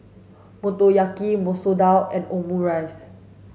Motoyaki Masoor Dal and Omurice